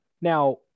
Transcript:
Now